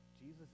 Jesus